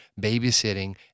babysitting